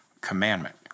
commandment